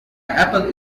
apple